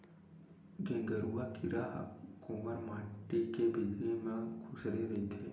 गेंगरूआ कीरा ह कोंवर माटी के भितरी म खूसरे रहिथे